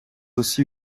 aussi